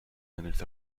units